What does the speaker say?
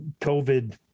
COVID